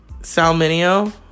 Salminio